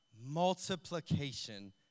multiplication